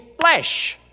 flesh